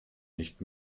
nicht